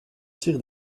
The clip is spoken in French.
tir